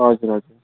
हजुर हजुर